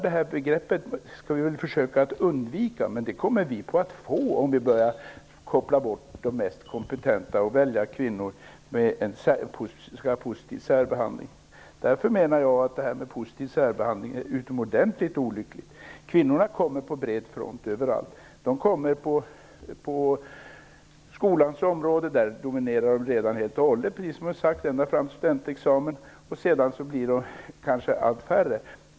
Men om vi skulle ge kvinnliga sökande en positiv särbehandling och kanske systematiskt börja välja de mindre kompetenta och koppla bort de mest kompetenta skulle det vara utomordentligt olyckligt. Kvinnorna kommer på bred front överallt. På skolans område dominerar de redan helt och hållet ända fram till studentexamen, varefter de blir färre.